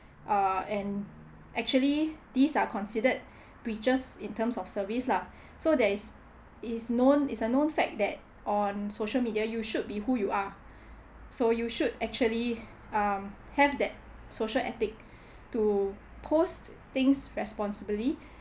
err and actually these are considered breaches in term of service lah so there is is known it's a known fact that on social media you should be who you are so you should actually um have that social ethic to post things responsibly